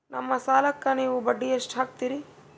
ನಮ್ಮ ಸಾಲಕ್ಕ ನೀವು ಬಡ್ಡಿ ಎಷ್ಟು ಹಾಕ್ತಿರಿ?